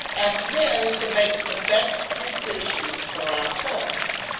and then to make the best decisions for ourselves.